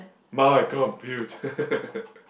my computer